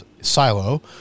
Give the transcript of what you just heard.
silo